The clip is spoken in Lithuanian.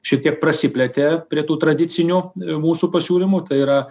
šiek tiek prasiplėtė prie tų tradicinių mūsų pasiūlymų tai yra